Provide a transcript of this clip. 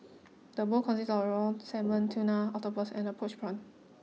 the bowl consists of raw salmon tuna octopus and a poached prawn